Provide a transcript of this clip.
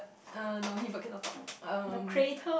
uh no he bird cannot talk um